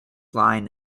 line